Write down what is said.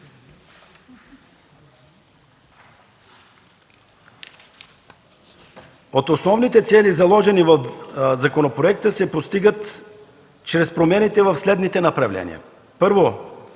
Основните цели, заложени в законопроекта, се постигат чрез промените в следните направления. Първо,